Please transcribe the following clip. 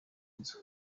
inzu